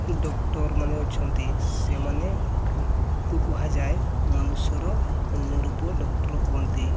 ଡକ୍ଟରମାନେ ଅଛନ୍ତି ସେମାନେ କୁ କୁହାଯାଏ ମଣିଷର ଅନ୍ୟ ରୂପ ଡକ୍ଟର ହୁଅନ୍ତି